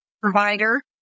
provider